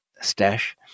stash